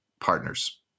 partners